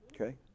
Okay